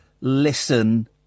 listen